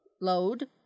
Load